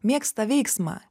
mėgsta veiksmą